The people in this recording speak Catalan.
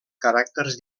caràcters